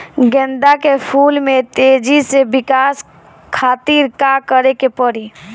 गेंदा के फूल में तेजी से विकास खातिर का करे के पड़ी?